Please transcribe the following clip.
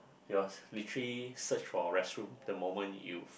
you're literally search for a restroom the moment you